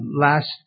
last